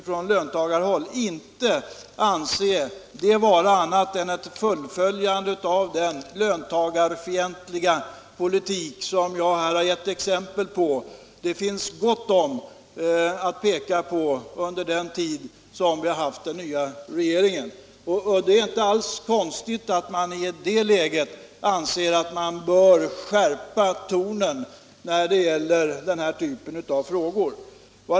Från löntagarhåll kan vi inte anse det vara något annat än ett fullföljande av den löntagarfientliga politik som jag har givit exempel på. Det finns gott om exempel att peka på från den tid vi har haft den nya regeringen. Det är inte alls konstigt att jag i det läget anser att jag bör skärpa tonen när det gäller denna typ av frågor.